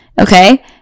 Okay